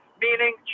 meaning